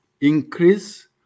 increase